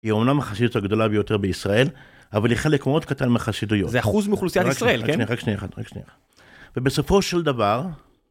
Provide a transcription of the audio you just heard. היא אומנם החסידות הגדולה ביותר בישראל, אבל היא חלק מאוד קטן מחסידויות. זה אחוז מאוכלוסיית ישראל, כן? רק שנייה, רק שנייה אחת. ובסופו של דבר,